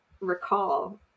recall